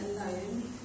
alone